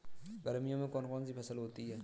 गर्मियों में कौन कौन सी फसल होती है?